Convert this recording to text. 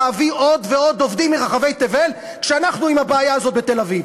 להביא עוד ועוד עובדים מרחבי תבל כשאנחנו עם הבעיה הזאת בתל-אביב?